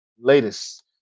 latest